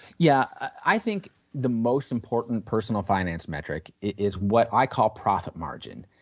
yeah, i think the most important personal finance metric is what i call profit margin.